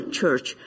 church